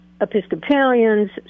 Episcopalians